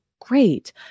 great